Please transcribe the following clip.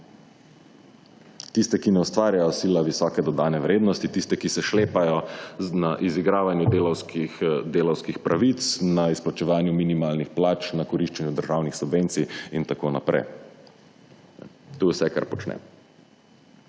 Tiste, ki ne ustvarjajo sila visoke dodane vrednosti, tiste ki se šlepajo z dna izigravanja delavskih pravic na izplačevanju minimalnih plač, na koriščenju državnih subvencij in tako naprej. To je vse kar počne.